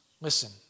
Listen